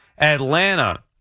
Atlanta